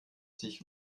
sich